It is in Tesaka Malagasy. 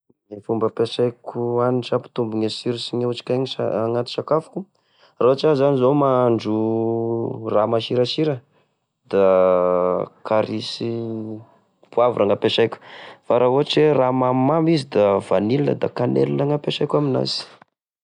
Gne fomba ampiasaiko hanitra hampitombo gne siro sy ny otrikaina sa- anaty sakafoko raha ohatra za zao mahandro raha masirasira: da kary sy poivre gn'apesaiko, fa ra ohatry hoe raha mamimamy izy da vanille, da canelle gny apesaiko aminazy.